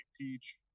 peach